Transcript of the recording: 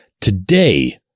today